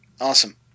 Awesome